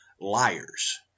liars